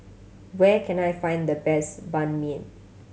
where can I find the best Banh Mi